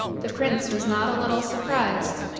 the prince was not a little surprised,